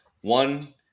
one